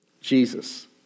Jesus